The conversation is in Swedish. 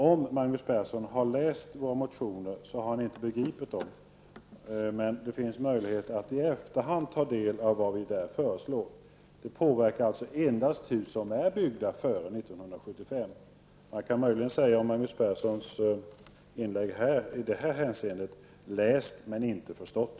Om Magnus Persson har läst våra motioner, har han inte begripit dem, men det finns möjlighet att i efterhand ta del av vad vi där föreslår. Förslaget påverkar alltså endast hus som är byggda före 1975. Man kan möjligen säga om Magnus Perssons inlägg i det här avseendet: Läst men inte förstått.